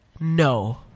No